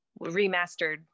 remastered